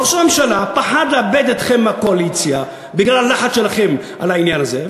ראש הממשלה פחד לאבד אתכם בקואליציה בגלל לחץ שלכם בעניין הזה,